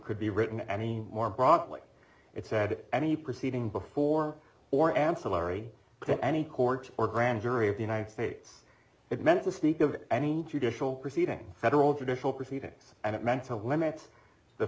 could be written any more broadly it said any proceeding before or ancillary to any court or grand jury of the united states it meant to speak of any judicial proceeding federal judicial proceedings and it meant to limits the